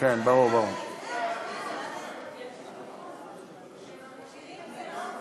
להסדרת המגורים בשטחי מרעה,